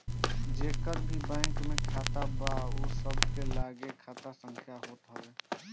जेकर भी बैंक में खाता बा उ सबके लगे खाता संख्या होत हअ